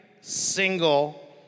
single